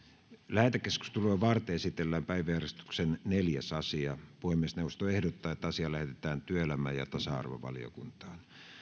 lähetekeskustelua varten esitellään päiväjärjestyksen neljäs asia puhemiesneuvosto ehdottaa että asia lähetetään työelämä ja tasa arvovaliokuntaan